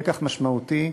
לקח משמעותי.